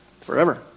Forever